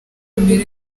mbere